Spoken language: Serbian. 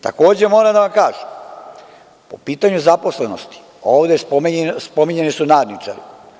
Takođe, moram da vam kažem, po pitanju zaposlenosti, ovde su spominjani nadničari.